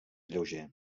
lleuger